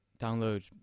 download